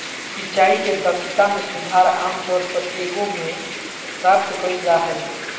सिंचाई के दक्षता में सुधार आमतौर एगो में प्राप्त कइल जा हइ